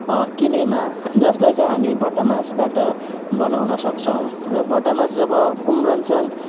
किनेमा जसलाई चाहिँ हामी भटमासबाट बनाउन सक्छौँ र भटमास जब उम्रन्छन्